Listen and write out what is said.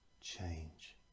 Change